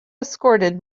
escorted